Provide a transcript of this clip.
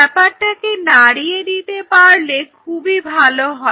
ব্যাপারটাকে নাড়িয়ে দিতে পারলে খুবই ভালো হয়